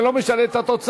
זה לא משנה את התוצאה.